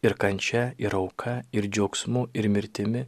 ir kančia ir auka ir džiaugsmu ir mirtimi